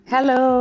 Hello